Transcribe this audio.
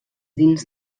dins